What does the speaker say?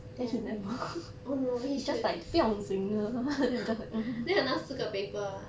then oh then he 拿四个 paper ah